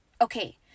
Okay